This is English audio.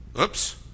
Oops